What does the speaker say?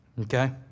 Okay